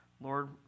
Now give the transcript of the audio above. Lord